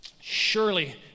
Surely